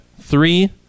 three